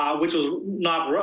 ah which was not